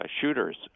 shooters